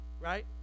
Right